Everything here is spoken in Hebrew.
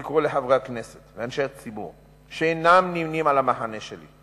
אני קורא לחברי הכנסת ולאנשי הציבור שאינם נמנים עם המחנה שלי,